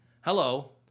hello